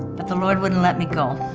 but the lord wouldn't let me go.